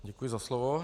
Děkuji za slovo.